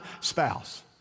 spouse